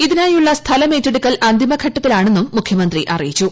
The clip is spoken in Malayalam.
ഇതിനായുള്ള സ്ഥലം ഏറ്റെടുക്കൽ അന്തിമഘട്ടത്തിലാണെന്നും മുഖ്യമന്ത്രി അറിയിച്ചു